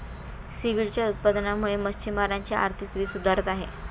सीव्हीडच्या उत्पादनामुळे मच्छिमारांची आर्थिक स्थिती सुधारत आहे